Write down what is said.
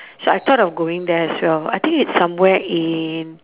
so I thought of going there as well I think it's somewhere in